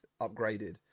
upgraded